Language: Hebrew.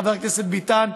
חבר הכנסת ביטן,